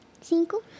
Cinco